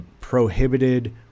prohibited